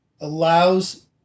allows